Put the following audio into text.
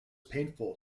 painful